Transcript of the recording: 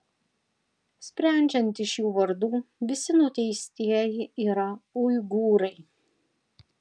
sprendžiant iš jų vardų visi nuteistieji yra uigūrai